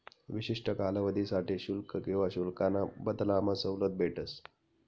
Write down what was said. विशिष्ठ कालावधीसाठे शुल्क किवा शुल्काना बदलामा सवलत भेटस